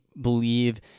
believe